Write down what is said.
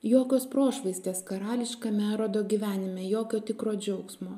jokios prošvaistės karališkame erodo gyvenime jokio tikro džiaugsmo